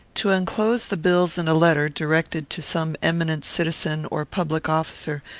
to enclose the bills in a letter, directed to some eminent citizen or public officer,